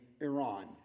Iran